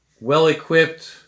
well-equipped